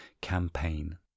campaign